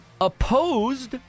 opposed